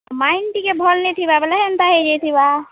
mind ଟିକେ ଭଲ୍ ନେଇଥିବା ବଏଲେ ହେନ୍ତା ହେଇଯାଇଥିବା